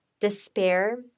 despair